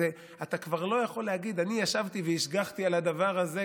אתה כבר לא יכול להגיד: אני ישבתי והשגחתי על הדבר הזה,